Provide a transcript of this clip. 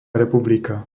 republika